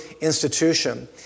Institution